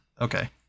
Okay